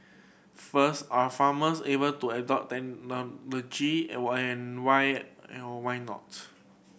first are farmers able to adopt technology and why and why or why not